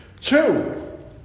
Two